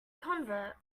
convert